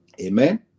Amen